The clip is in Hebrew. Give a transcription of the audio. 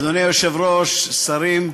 אדוני היושב-ראש, שרים,